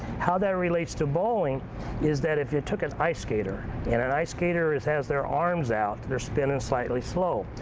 how that relates to bowling is that if you took an ice skater and an ice skater has their arms out they're spinning slightly slow.